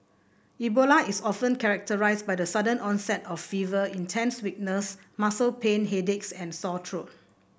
Ebola is often characterised by the sudden onset of fever intense weakness muscle pain headaches and sore true